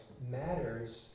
matters